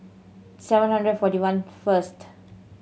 seven hundred forty one first